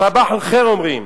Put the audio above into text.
סבאח אל-ח'יר, אומרים.